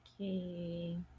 okay